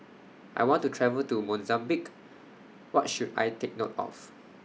I want to travel to Mozambique What should I Take note of